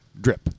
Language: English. Drip